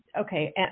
Okay